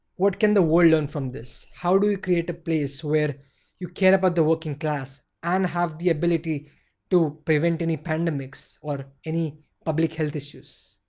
what can the world learn from this? how do you create a place where you care about the working class and have the ability to prevent any pandemics or any public health issues?